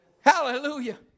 Hallelujah